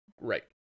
Right